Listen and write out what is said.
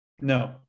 No